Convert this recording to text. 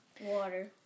water